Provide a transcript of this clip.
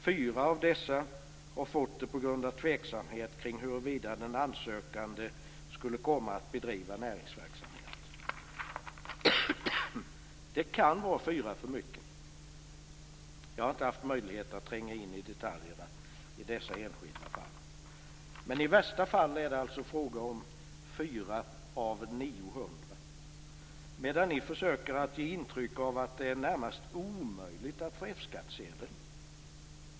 Fyra av dessa har fått det på grund av tveksamhet omkring huruvida den ansökande skulle komma att bedriva näringsverksamhet. Det kan vara fyra för mycket, jag har inte haft möjlighet att tränga in i detaljerna i dessa enskilda fall. Men i värsta fall är det alltså fråga om fyra av 900. Ni försöker däremot ge intrycket att det närmast är omöjligt att få F-skattsedel.